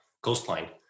coastline